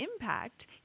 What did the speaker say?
impact